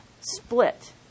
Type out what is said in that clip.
split